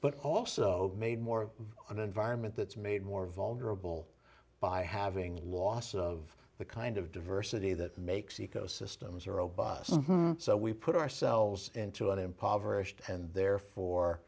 but also made more an environment that's made more vulnerable by having loss of the kind of diversity that makes ecosystem zero bus so we put ourselves into an impoverished and therefore